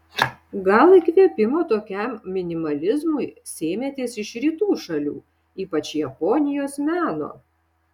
gal įkvėpimo tokiam minimalizmui sėmėtės iš rytų šalių ypač japonijos meno